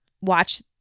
watch